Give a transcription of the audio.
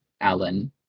Alan